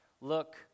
look